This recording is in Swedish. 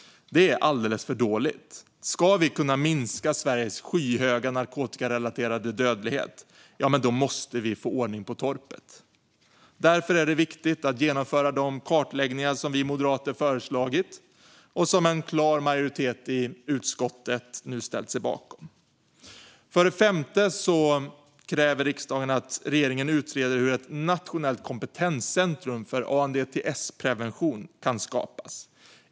Detta är alldeles för dåligt. Ska vi kunna minska Sveriges skyhöga narkotikarelaterade dödlighet måste vi få ordning på torpet. Därför är det viktigt att genomföra de kartläggningar som vi moderater föreslagit och som en klar majoritet i utskottet nu ställt sig bakom. För det femte kräver riksdagen att regeringen utreder hur ett nationellt kompetenscentrum för ANDTS-prevention kan skapas.